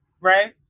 right